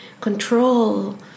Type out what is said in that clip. control